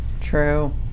True